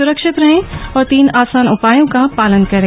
सुरक्षित रहें और तीन आसान उपायों का पालन करें